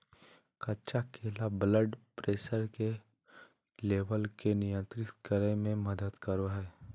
कच्चा केला blood pressure के लेवल के नियंत्रित करय में मदद करो हइ